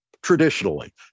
Traditionally